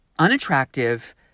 unattractive